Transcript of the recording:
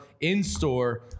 in-store